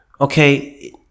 Okay